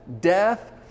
Death